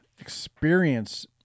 experience